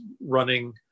running